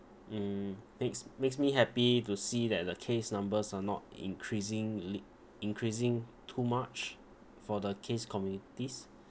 mm makes makes me happy to see that the case numbers are not increasing li~ increasing too much for the case communities